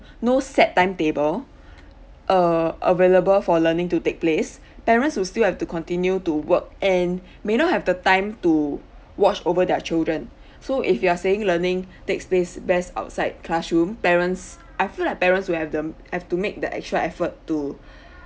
no set timetable err available for learning to take place parents will still have to continue to work and may not have the time to watch over their children so if you are saying learning takes place best outside classroom parents I feel like parents who have them have to make the extra effort to